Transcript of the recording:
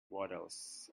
waddles